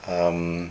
um